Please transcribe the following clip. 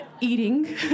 eating